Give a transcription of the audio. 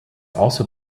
also